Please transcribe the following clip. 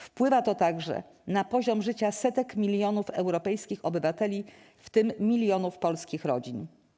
Wpływa to także na poziom życia setek milionów europejskich obywateli, w tym milionów polskich rodzin.